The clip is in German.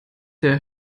der